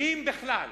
אם בכלל.